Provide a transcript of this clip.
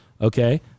okay